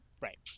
Right